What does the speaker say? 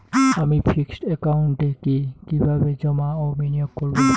আমি ফিক্সড একাউন্টে কি কিভাবে জমা ও বিনিয়োগ করব?